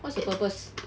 what's the purpose